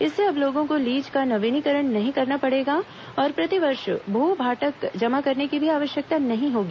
इससे अब लोगों को लीज का नवीनीकरण नहीं करना पड़ेगा और प्रतिवर्ष भूभाटक जमा करने की भी आवश्यकता नह ीं होगी